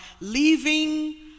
leaving